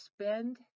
spend